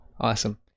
awesome